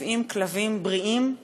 כ-170 כלבים בריאים,